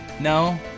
No